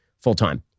full-time